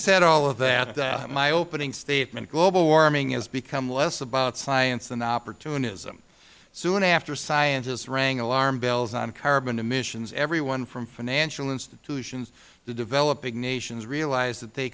said all of that my opening statement global warming has become less about science and opportunism soon after scientists rang alarm bells on carbon emissions everyone from financial institutions to developing nations realized that they